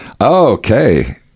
Okay